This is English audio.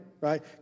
right